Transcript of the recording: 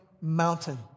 mountain